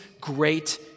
great